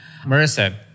Marissa